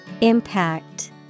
Impact